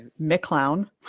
McClown